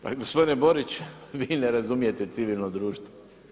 Pa gospodine Borić, vi ne razumijete civilno društvo.